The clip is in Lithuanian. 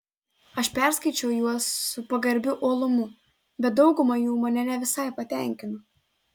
aš perskaičiau juos su pagarbiu uolumu bet dauguma jų mane ne visai patenkino